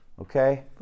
okay